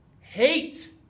Hate